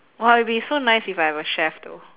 !wah! it'll be so nice if I have a chef though